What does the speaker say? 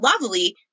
lovely